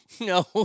No